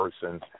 person